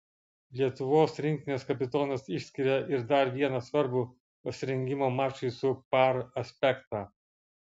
lietuvos rinktinės kapitonas išskiria ir dar vieną svarbų pasirengimo mačui su par aspektą